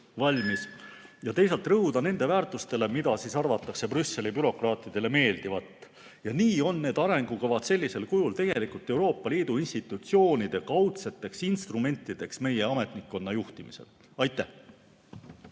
uduselt ja teisalt rõhuda nendele väärtustele, mida arvatakse Brüsseli bürokraatidele meeldivat. Nii on need arengukavad sellisel kujul tegelikult Euroopa Liidu institutsioonide kaudseteks instrumentideks meie ametnikkonna juhtimisel. Aitäh!